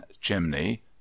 chimney